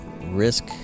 risk